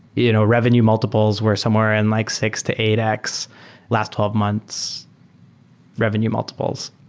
you know revenue multiples were somewhere in like six to eight x last twelve months revenue multiples,